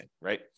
right